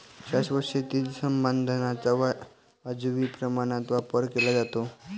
शाश्वत शेतीत संसाधनांचा वाजवी प्रमाणात वापर केला जातो